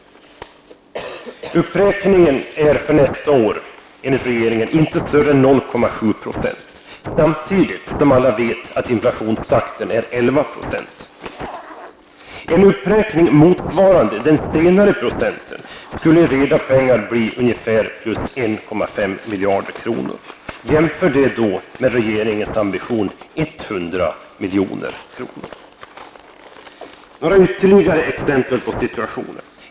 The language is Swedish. Uppräkningen för nästa år är enligt regeringen inte större än 0,7 %. Samtidigt vet alla att inflationstakten uppgår till 11 %. En uppräkning motsvarande 11 % skulle i reda pengar motsvara ungefär 1,5 miljarder kronor. Jämför detta med regeringens ambition 100 Några ytterligare exempel på situationen.